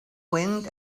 wind